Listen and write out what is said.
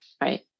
right